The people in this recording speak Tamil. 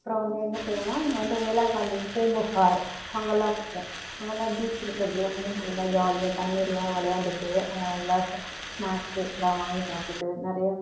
அப்புறம் வந்து எங்கே போவோன்னா நாங்கள் வந்து வேளாங்கண்ணி பூம்புகார் அங்கெலாம் போவோம் அங்கெலாம் பீச் இருக்கிறதெல்லாம் நல்லா ஜாலியா தண்ணிலெலாம் விளையாண்டுட்டு அங்கே நல்லா ஸ்நாக்ஸு எல்லாம் வாங்கி சாப்பிட்டு நிறையா